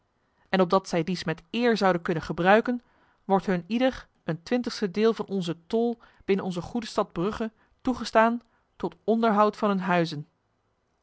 en opdat zij dies met eer zouden kunnen gebruiken wordt hun ieder een twintigste deel van onze tol binnen onze goede stad brugge toegestaan tot onderhoud van hun huizen